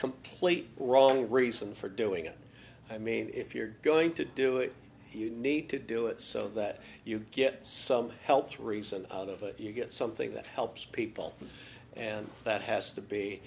complete wrong reason for doing it i mean if you're going to do it you need to do it so that you get some help through reason out of it you get something that helps people and that has to be